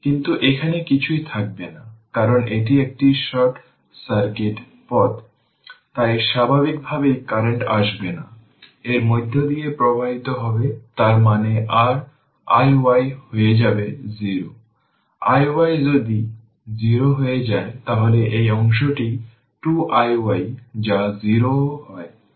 যদি সুইচটি দীর্ঘ সময়ের জন্য ক্লোজ থাকে তার মানে t এর ভ্যালু 0 হবে সুইচটি ওপেন হয়েছে অন্যথায় এটি ক্লোজ ছিল